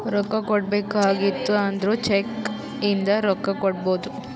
ರೊಕ್ಕಾ ಕೊಡ್ಬೇಕ ಆಗಿತ್ತು ಅಂದುರ್ ಚೆಕ್ ಇಂದ ರೊಕ್ಕಾ ಕೊಡ್ಬೋದು